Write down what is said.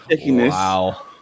Wow